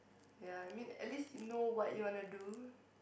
ya I mean at least you know what you want to do